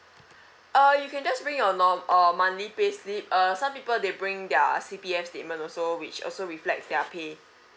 uh you can just bring your nor~ uh monthly pay slip uh some people they bring their C_P_F statement also which also reflects their pay